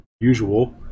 usual